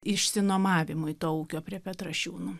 išsinuomavimui to ūkio prie petrašiūnų